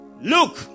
Look